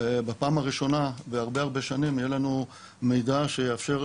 בפעם הראשונה הרבה הרבה שנים יהיה לנו מידע שיאפשר